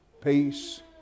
peace